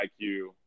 IQ –